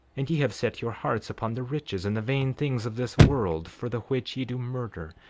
and ye have set your hearts upon the riches and the vain things of this world, for the which ye do murder,